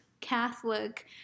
Catholic